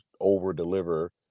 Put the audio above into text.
over-deliver